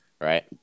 Right